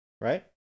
Right